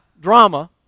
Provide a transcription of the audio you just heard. drama